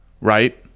right